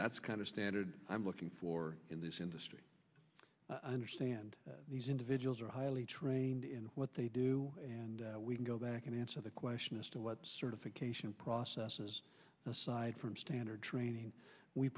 that's kind of standard i'm looking for in this industry understand these individuals are highly trained in what they do and we go back and answer the question as to what certification processes aside from standard training we